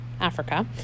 Africa